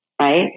right